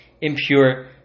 impure